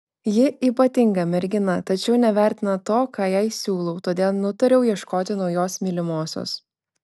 ji ypatinga mergina tačiau nevertina to ką jai siūlau todėl nutariau ieškoti naujos mylimosios